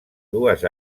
dues